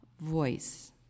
voice